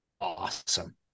awesome